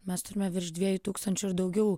mes turime virš dviejų tūkstančių ir daugiau